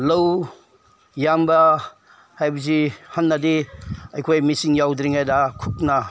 ꯂꯧ ꯌꯥꯟꯕ ꯍꯥꯏꯕꯁꯤ ꯍꯥꯟꯅꯗꯤ ꯑꯩꯈꯣꯏ ꯃꯦꯆꯤꯟ ꯌꯥꯎꯗ꯭ꯔꯤꯉꯥꯏꯗ ꯈꯨꯠꯅ